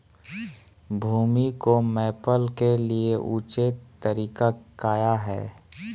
भूमि को मैपल के लिए ऊंचे तरीका काया है?